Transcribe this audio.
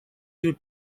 you